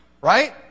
right